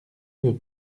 veut